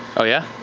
oh yeah?